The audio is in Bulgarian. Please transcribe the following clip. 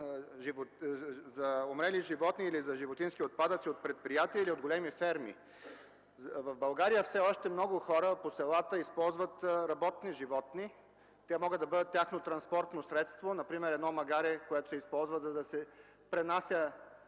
за умрели животни или животински отпадъци от предприятия или големи ферми. В България все още много хора по селата използват работни животни. Те могат да бъдат тяхно транспортно средство – например магаре, което се използва, за да пренася